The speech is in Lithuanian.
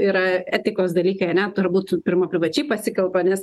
yra etikos dalykai ane turbūt pirma privačiai pasikalba nes